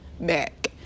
back